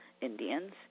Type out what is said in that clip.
Indians